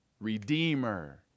redeemer